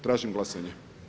Tražim glasanje.